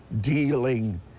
dealing